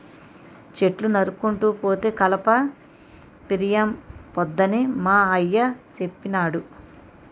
చెట్లు నరుక్కుంటూ పోతే కలప పిరియంపోద్దని మా అయ్య సెప్పినాడు